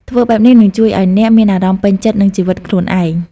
ធ្វើបែបនេះនឹងជួយឱ្យអ្នកមានអារម្មណ៍ពេញចិត្តនឹងជីវិតខ្លួនឯង។